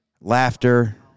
laughter